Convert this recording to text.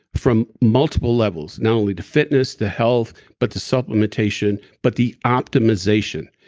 from multiple levels, not only the fitness, the health, but the supplementation, but the optimization.